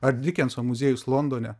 ar dikenso muziejus londone